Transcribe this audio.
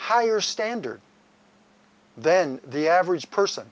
higher standard then the average person